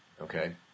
okay